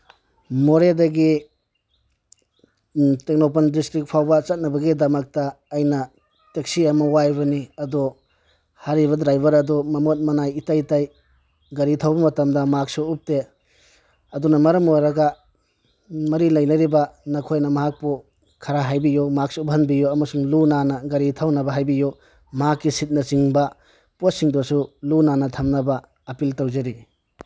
ꯃꯣꯔꯦꯗꯒꯤ ꯇꯦꯡꯅꯧꯄꯜ ꯗꯤꯁꯇ꯭ꯔꯤꯛ ꯐꯥꯎꯕ ꯆꯠꯅꯕꯒꯤꯗꯃꯛꯇ ꯑꯩꯅ ꯇꯦꯛꯁꯤ ꯑꯃ ꯋꯥꯏꯕꯅꯤ ꯑꯗꯣ ꯍꯥꯏꯔꯤꯕ ꯗ꯭ꯔꯥꯏꯚꯔ ꯑꯗꯨ ꯃꯃꯣꯠ ꯃꯅꯥꯏ ꯏꯇꯩ ꯇꯩ ꯒꯥꯔꯤ ꯊꯧꯕ ꯃꯇꯝꯗ ꯃꯥꯛꯁꯁꯨ ꯎꯞꯇꯦ ꯑꯗꯨꯅ ꯃꯔꯝ ꯑꯣꯏꯔꯒ ꯃꯔꯤ ꯂꯩꯅꯔꯤꯕ ꯅꯈꯣꯏꯅ ꯃꯍꯥꯛꯄꯨ ꯈꯔ ꯍꯥꯏꯕꯤꯌꯨ ꯃꯥꯛꯁ ꯎꯞꯍꯟꯕꯤꯌꯨ ꯑꯃꯁꯨꯡ ꯂꯨ ꯅꯥꯟꯅ ꯒꯥꯔꯤ ꯊꯧꯅꯕ ꯍꯥꯏꯕꯤꯌꯨ ꯃꯍꯥꯛꯀꯤ ꯁꯤꯠꯅꯆꯤꯡꯕ ꯄꯣꯠꯁꯤꯡꯗꯨꯁꯨ ꯂꯨ ꯅꯥꯟꯅ ꯊꯝꯅꯕ ꯑꯥꯄꯤꯜ ꯇꯧꯖꯔꯤ